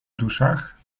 duszach